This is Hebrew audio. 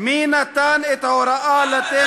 אני מסכם ואומר דבר אחד: ההחלטה הזו, להשוות,